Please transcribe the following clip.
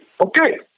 okay